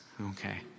Okay